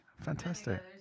Fantastic